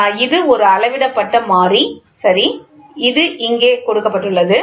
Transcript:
எனவே இது ஒரு அளவிடப்பட்ட மாறி சரி இது இங்கே கொடுக்கப்பட்டுள்ளது